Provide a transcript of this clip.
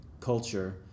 culture